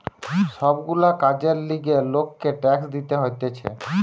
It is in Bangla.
সব গুলা কাজের লিগে লোককে ট্যাক্স দিতে হতিছে